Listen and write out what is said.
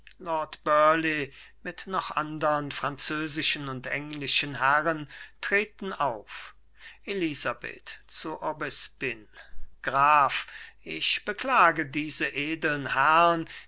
mit noch andern französischen und englischen herren treten auf elisabeth zu aubespine graf ich beklage diese edeln herrn